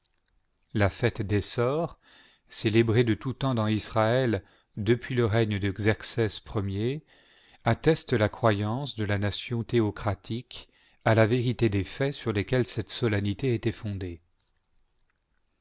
la fête des sorts célébrée de tout temps dans israël depuis le règne de premier atteste la croyance de la nation théocratique à la vérité des faits sur lesquels cette solennité était fondée